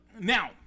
Now